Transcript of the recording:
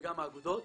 וגם האגודות,